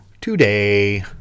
today